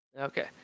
okay